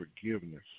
forgiveness